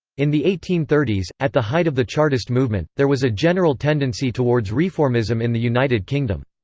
in the eighteen thirty s, at the height of the chartist movement, there was a general tendency towards reformism in the united kingdom.